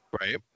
right